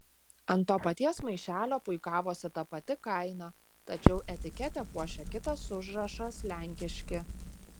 ant to paties maišelio puikavosi ta pati kaina tačiau etiketę puošė kitas užrašas lenkiški